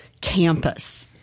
campus